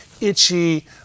itchy